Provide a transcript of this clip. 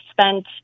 spent